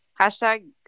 Hashtag